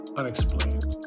unexplained